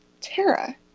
Tara